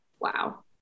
wow